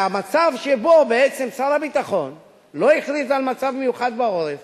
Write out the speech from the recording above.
והמצב שבו בעצם שר הביטחון לא הכריז על מצב מיוחד בעורף